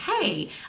Hey